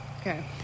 Okay